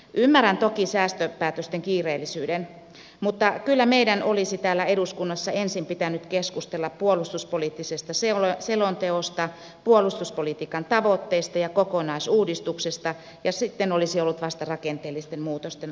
ymmärrän toki säästöpäätösten kiireellisyyden mutta kyllä meidän olisi täällä eduskunnassa ensin pitänyt keskustella puolustuspoliittisesta selonteosta puolustuspolitiikan tavoitteista ja kokonaisuudistuksesta ja sitten olisi ollut vasta rakenteellisten muutosten aika